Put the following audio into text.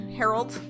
harold